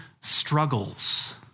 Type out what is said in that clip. struggles